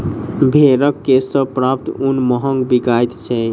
भेंड़क केश सॅ प्राप्त ऊन महग बिकाइत छै